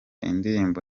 indirimbo